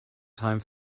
time